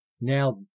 now